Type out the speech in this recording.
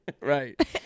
Right